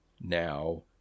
now